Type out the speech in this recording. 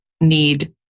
need